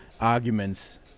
arguments